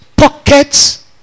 pockets